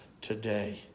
today